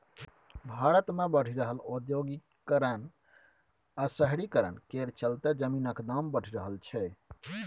भारत मे बढ़ि रहल औद्योगीकरण आ शहरीकरण केर चलते जमीनक दाम बढ़ि रहल छै